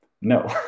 no